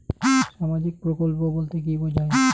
সামাজিক প্রকল্প বলতে কি বোঝায়?